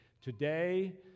today